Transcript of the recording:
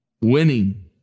winning